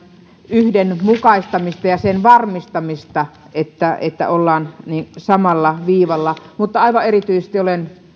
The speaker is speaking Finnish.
yhdenmukaistamista ja sen varmistamista että että ollaan samalla viivalla mutta aivan erityisesti olen